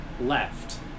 left